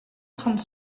trente